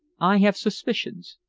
i have suspicions.